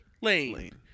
Lane